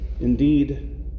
Indeed